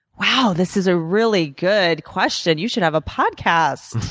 wow, this is a really good question. you should have a podcast.